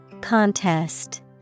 Contest